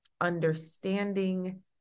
understanding